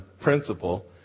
principle